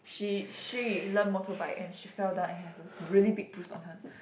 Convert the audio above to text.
she she learn motorbike and she fell down and have a really big bruise on her